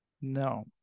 No